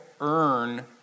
earn